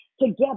together